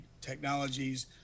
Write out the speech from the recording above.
technologies